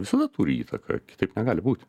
visada turi įtaką kitaip negali būti